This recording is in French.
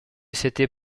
s’était